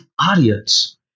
audience